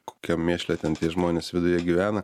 kokiam mėšle ten tie žmonės viduje gyvena